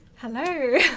Hello